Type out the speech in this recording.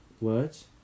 words